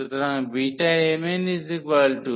সুতরাং Bmnmnmn